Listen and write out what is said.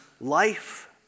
life